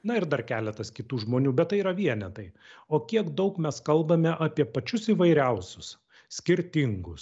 na ir dar keletas kitų žmonių bet tai yra vienetai o kiek daug mes kalbame apie pačius įvairiausius skirtingus